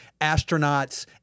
astronauts